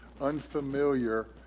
unfamiliar